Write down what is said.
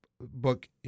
book